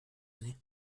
sie